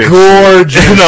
gorgeous